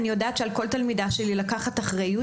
אני יודעת שעל כל תלמידה שלי לקחת אחריות,